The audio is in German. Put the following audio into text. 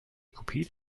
kopie